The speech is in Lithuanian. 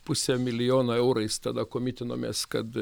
pusę milijono eurais tada komitinomės kad